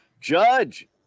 Judge